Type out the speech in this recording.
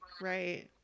Right